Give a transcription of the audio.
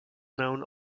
known